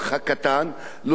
להוציא את הגידול הזה,